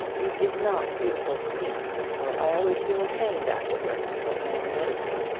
it is not beautiful to me for i always feel ashamed afterwards of my own energy.